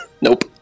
nope